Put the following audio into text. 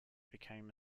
became